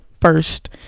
first